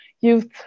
youth